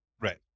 right